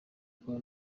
akaba